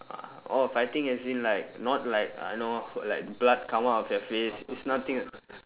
uh oh fighting as in like not like you know like blood come out of your face it's nothing